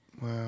Wow